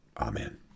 Amen